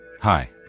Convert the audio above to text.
Hi